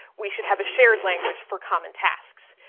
we should have a shared language for common tasks.